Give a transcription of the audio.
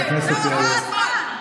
עבר הזמן.